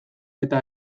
eta